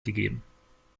gegeben